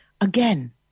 Again